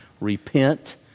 repent